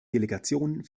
delegation